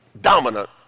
dominant